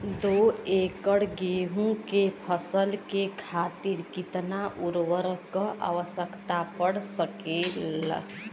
दो एकड़ गेहूँ के फसल के खातीर कितना उर्वरक क आवश्यकता पड़ सकेल?